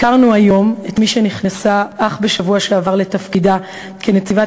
הכרנו היום את מי שנכנסה אך בשבוע שעבר לתפקידה כנציבת